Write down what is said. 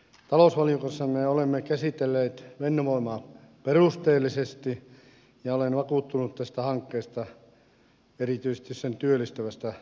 talousvaliokunnassa me olemme käsitelleet fennovoimaa perusteellisesti ja olen vakuuttunut tästä hankkeesta erityisesti sen työllistävästä vaikutuksesta